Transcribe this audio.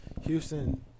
Houston